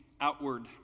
outward